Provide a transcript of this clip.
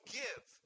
give